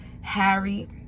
Harry